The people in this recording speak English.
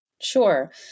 Sure